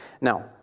Now